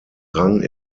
rang